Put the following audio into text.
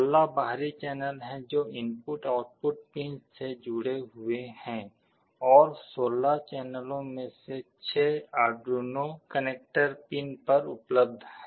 16 बाहरी चैनल हैं जो इनपुट आउटपुट पिंस से जुड़े हुए हैं और 16 चैनलों में से 6 आर्डुइनो कनेक्टर पिन पर उपलब्ध हैं